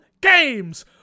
Games